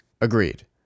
Agreed